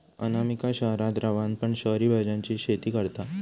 अनामिका शहरात रवान पण शहरी भाज्यांची शेती करता